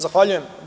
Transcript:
Zahvaljujem.